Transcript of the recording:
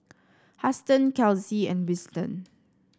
Huston Kelsea and Winston